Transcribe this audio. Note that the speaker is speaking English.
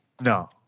No